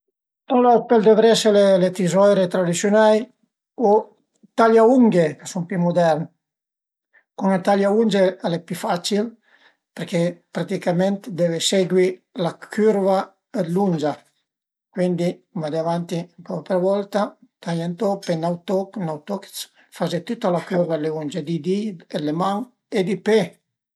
Alura a s'pöl duvrese le tizoire tradisiunai o i tagliaunghie ch'a sun pi mudern, cun ël taiaunge al e pi facil përché praticament deve segui la cürva dë l'ungia, cuindi vade avanti ën po për volta, taie ën toch pöi n'aut toch, n'aut toch, faze tüta la cürva d'le unge di di-i d'le man e di pe